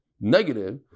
negative